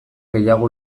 gehiago